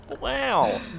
Wow